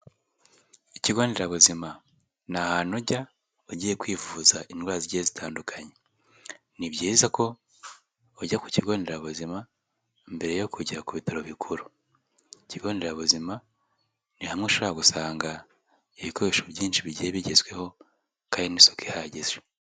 Ikigo nderabuzima ni ahantu ujya ugiye kwivuza indwara zigiye zitandukanye, ni byiza ko ujya ku kigo nderabuzima mbere yo kujya ku bitaro bikuru, ikigo nderabuzima ni hamwe ushobora gusanga ibikoresho byinshi bigiye bigezweho kandi n'isuku ihagije.